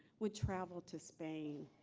would travel to spain.